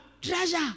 treasure